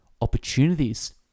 opportunities